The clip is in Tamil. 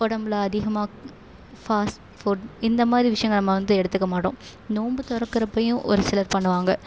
உடம்புல அதிகமாக ஃபாஸ்ட்ஃபுட் இந்த மாதிரி விஷயங்களை நம்ம வந்து எடுத்துக்க மாட்டோம் நோன்பு திறக்கறப்பையும் ஒரு சிலர் பண்ணுவாங்க